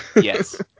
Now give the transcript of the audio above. Yes